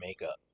makeup